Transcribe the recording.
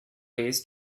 ways